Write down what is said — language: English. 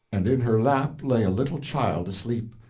and in her lap lay a little child asleep.